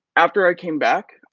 after i came back